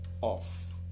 off